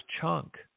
chunk